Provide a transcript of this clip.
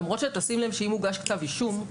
למרות שאם הוגש כתב אישום,